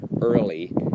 early